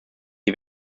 die